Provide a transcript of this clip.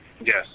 Yes